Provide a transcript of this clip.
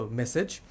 message